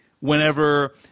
whenever